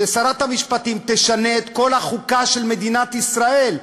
ששרת המשפטים תשנה את כל החוקה של מדינת ישראל,